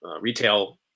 retail